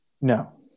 No